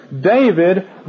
David